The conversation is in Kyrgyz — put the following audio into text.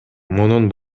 мунун